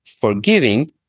forgiving